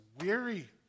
weary